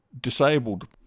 disabled